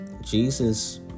Jesus